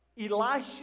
Elisha